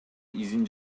изин